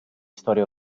storia